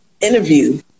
interview